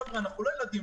חבר'ה, אנחנו לא ילדים.